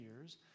years